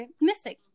missing